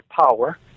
power